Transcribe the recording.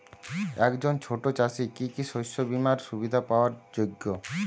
একজন ছোট চাষি কি কি শস্য বিমার সুবিধা পাওয়ার যোগ্য?